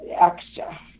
extra